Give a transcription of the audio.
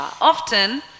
Often